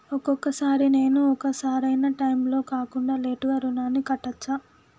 ఒక్కొక సారి నేను ఒక సరైనా టైంలో కాకుండా లేటుగా రుణాన్ని కట్టచ్చా?